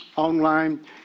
online